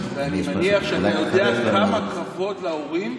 אני מניח שאתה יודע כמה כבוד להורים